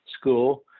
school